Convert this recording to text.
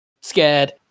scared